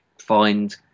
find